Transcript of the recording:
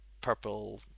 purple